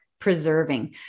preserving